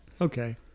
Okay